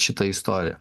šitą istoriją